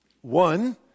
one